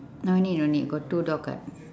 no need no need got two dog